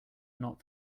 not